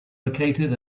located